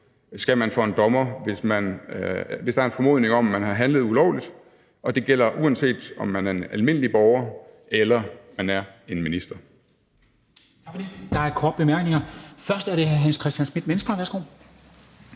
skal for en dommer, hvis der er en formodning om, at man har handlet ulovligt – og det gælder, uanset om man er almindelig borger eller man er minister.